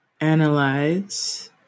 analyze